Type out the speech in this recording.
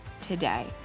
today